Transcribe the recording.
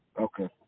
Okay